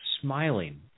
smiling